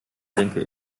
denke